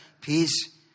peace